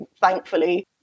thankfully